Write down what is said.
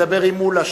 מדבר עם מולה,